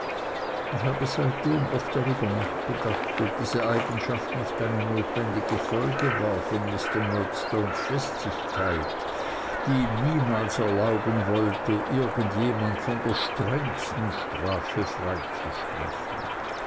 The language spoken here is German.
ich habe seitdem oft darüber nachgedacht ob diese eigenschaft nicht eine notwendige folge war von mr murdstones festigkeit die ihm niemals erlauben wollte irgend jemand von der strengsten strafe freizusprechen